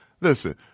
Listen